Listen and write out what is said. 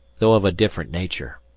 though of a different nature.